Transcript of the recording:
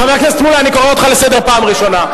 חבר הכנסת מולה, אני קורא אותך לסדר פעם ראשונה.